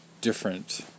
different